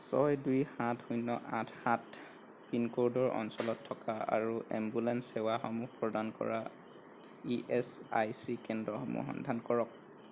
ছয় দুই সাত শূন্য আঠ সাত পিনক'ডৰ অঞ্চলত থকা আৰু এম্বুলেন্স সেৱাসমূহ প্ৰদান কৰা ই এচ আই চি কেন্দ্ৰসমূহ সন্ধান কৰক